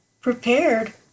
prepared